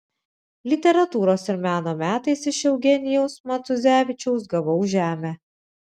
literatūros ir meno metais iš eugenijaus matuzevičiaus gavau žemę